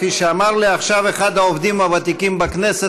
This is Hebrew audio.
כפי שאמר לי עכשיו אחד העובדים הוותיקים בכנסת,